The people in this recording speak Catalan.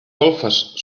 golfes